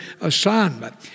assignment